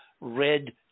red